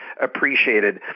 appreciated